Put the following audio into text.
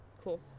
cool